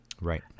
Right